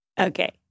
Okay